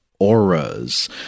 Auras